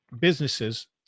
businesses